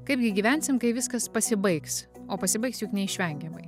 kaipgi gyvensim kai viskas pasibaigs o pasibaigs juk neišvengiamai